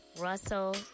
Russell